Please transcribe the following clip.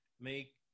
make